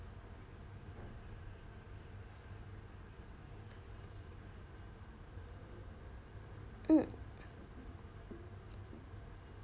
mm